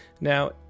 now